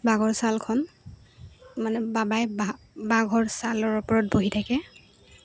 বাঘৰ ছালখন মানে বাবাই বাঘৰ ছালৰ ওপৰত বহি থাকে